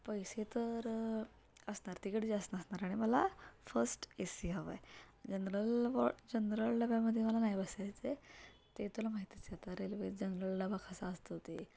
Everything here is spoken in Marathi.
पैसे तर असणार तिकीट जास्त असणार आणि मला फर्स्ट ए सी हवं आहे जनरल जनरल डब्यामध्ये मला नाही बसायचं आहे ते तुला माहितीच आहे आता रेल्वे जनरल डबा कसा असतो ते